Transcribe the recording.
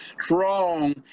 strong